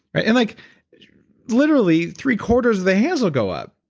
but and like literally three quarters of the hands will go up.